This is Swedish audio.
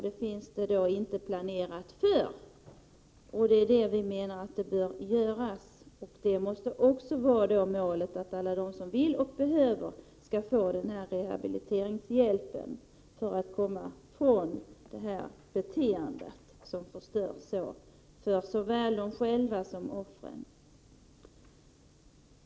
Det är alltså inte planerat för alla, och det är detta vi menar bör göras. Det måste också vara ett mål att alla som vill och behöver skall få denna rehabiliteringshjälp för att komma ifrån det beteende som förstör så mycket, för såväl dem själva som för offren.